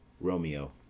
Romeo